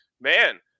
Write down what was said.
man